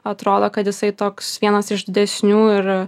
atrodo kad jisai toks vienas iš didesnių ir